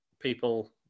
People